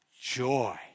joy